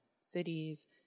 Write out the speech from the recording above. cities